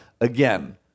again